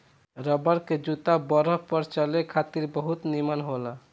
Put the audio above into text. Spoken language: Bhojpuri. रबर के जूता बरफ पर चले खातिर बहुत निमन होला